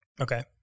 okay